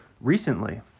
recently